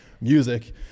music